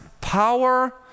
power